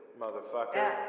motherfucker